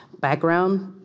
Background